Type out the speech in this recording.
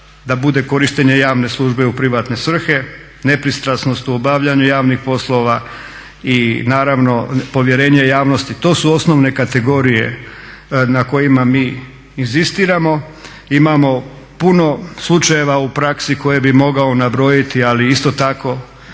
biti korištenje javne službe u privatne svrhe, nepristranost u obavljanju javnih poslova i naravno povjerenje javnosti. To su osnovne kategorije na kojima mi inzistiramo. Imamo puno slučajeva u praksi koje bi mogao nabrojiti ali isto tako